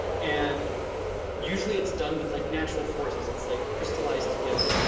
and usually it's done with like natural forces, it's like crystallized together.